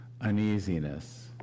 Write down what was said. uneasiness